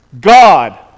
God